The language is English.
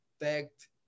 affect